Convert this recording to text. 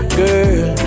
girl